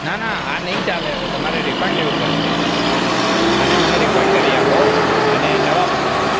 ના ના આ નહીં ચાલે હવે તમારે રિફંડ લેવુ પડશે અને મને રિફંડ કરી આપો અને નવા મોકલાવો